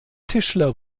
tischler